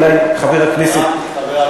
אולי, חבר הכנסת,